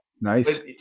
Nice